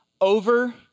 over